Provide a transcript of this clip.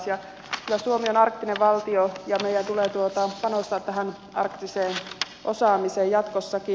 kyllä suomi on arktinen valtio ja meidän tulee panostaa tähän arktiseen osaamiseen jatkossakin